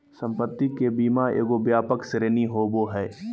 संपत्ति के बीमा एगो व्यापक श्रेणी होबो हइ